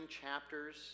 chapters